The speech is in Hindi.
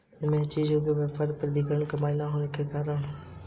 मेरे जीजा जी का व्यापार प्रतिधरित कमाई ना होने के कारण बंद हो गया